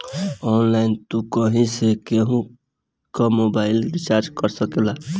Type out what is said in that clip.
online तू कहीं से केहू कअ मोबाइल रिचार्ज कर सकेला